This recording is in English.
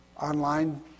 online